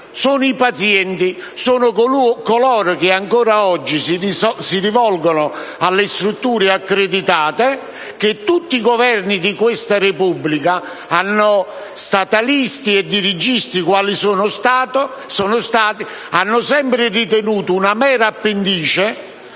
i pazienti, sono coloro che ancora oggi si rivolgono alle strutture accreditate che tutti i Governi di questa Repubblica, statalisti e dirigisti quali sono stati, hanno sempre ritenuto una mera appendice